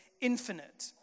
infinite